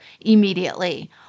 immediately